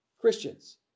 Christians